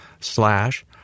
slash